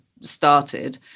started